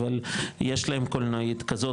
אבל יש להם קולנועית כזאת,